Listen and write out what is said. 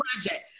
project